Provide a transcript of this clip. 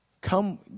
come